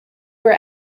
were